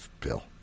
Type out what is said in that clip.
Bill